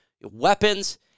weapons